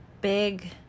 big